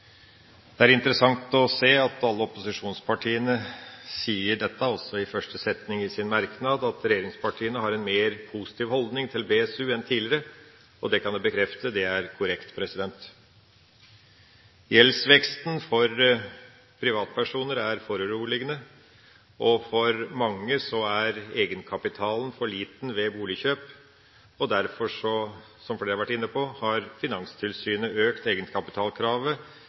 Det er interessant å se at alle opposisjonspartiene sier dette, også i første setning i sin merknad, at regjeringspartiene har en mer positiv holdning til BSU enn tidligere. Det kan jeg bekrefte; det er korrekt. Gjeldsveksten for privatpersoner er foruroligende, og for mange er egenkapitalen for liten ved boligkjøp. Derfor har Finanstilsynet – som flere har vært inne på – økt egenkapitalkravet